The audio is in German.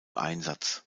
einsatz